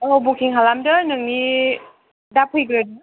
औ बुकिं खालामदो नोंनि दा फैग्रो